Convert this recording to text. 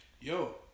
Yo